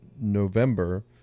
November